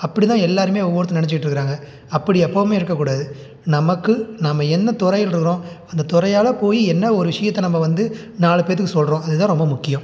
அப்படிதான் எல்லாேருமே ஒவ்வொருத்தரும் நினைச்சிட்டு இருக்கிறாங்க அப்படி எப்போவுமே இருக்கக்கூடாது நமக்கு நாம் என்ன துறையில் இருக்கிறோம் அந்த துறையால் போய் என்ன ஒரு விஷயத்த நம்ம வந்து நாலு பேருத்துக்கு சொல்கிறோம் அதுதான் ரொம்ப முக்கியம்